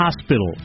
hospital